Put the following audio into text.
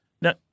Now